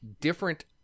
different